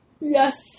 Yes